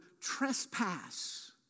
trespass